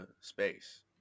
space